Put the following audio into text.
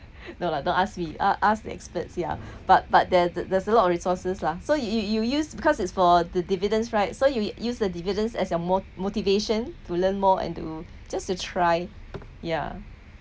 no lah don't ask me ask ask the experts yeah but but there's there's a lot of resources lah so you you used because it's for the dividends right so you you use the dividends as your mo~ motivation to learn more and to just a try ya